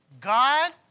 God